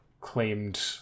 claimed